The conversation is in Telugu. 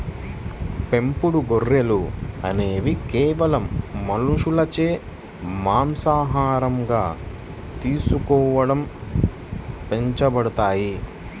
పెంపుడు గొర్రెలు అనేవి కేవలం మనుషులచే మాంసాహారంగా తీసుకోవడం పెంచబడతాయి